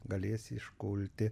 galėsi iškulti